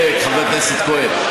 אם אין לך מה להגיד, רד.